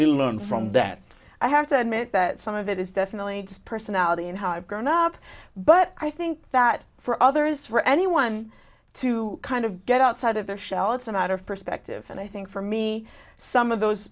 we learn from that i have to admit that some of it is definitely just personality and how i've grown up but i think that for others for anyone to kind of get outside of their shell it's a matter of perspective and i think for me some of those